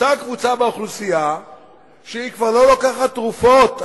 אותה קבוצה באוכלוסייה שכבר לא לוקחת תרופות,